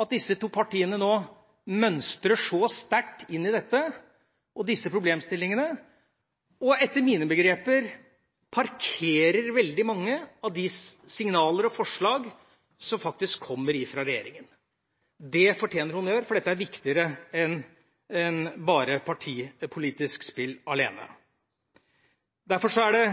at disse to partiene nå mønstrer så sterkt inn i dette og disse problemstillingene, og etter mine begreper parkerer veldig mange av de signaler og forslag som faktisk kommer fra regjeringa. Det fortjener honnør, for dette er viktigere enn bare partipolitisk spill alene. Derfor er det